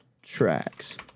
Tracks